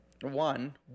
One